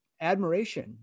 admiration